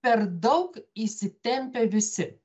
per daug įsitempę visi